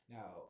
Now